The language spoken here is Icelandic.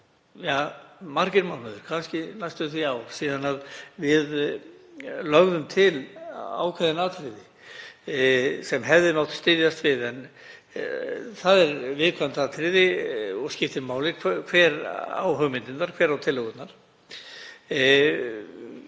eru margir mánuðir, kannski næstum því ár, síðan við lögðum til ákveðin atriði sem hefði mátt styðjast við. En það er viðkvæmt atriði og skiptir máli hver á hugmyndirnar, hver á tillögurnar.